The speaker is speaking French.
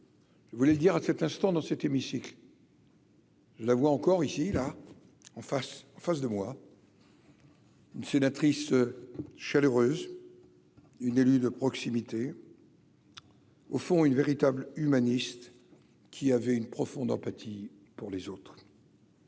oui vous voulez dire à cet instant, dans cet hémicycle. La voix encore ici, là, en face, en face de moi. Ah. Une sénatrice chaleureuse, une élue de proximité au fond une véritable humaniste qui avait une profonde empathie pour les autres.